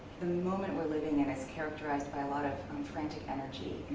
the moment we're living in is characterized by a lot of um frantic energy.